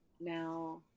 now